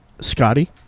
Scotty